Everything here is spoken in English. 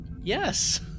Yes